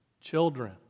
Children